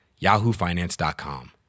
yahoofinance.com